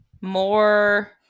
more